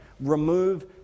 remove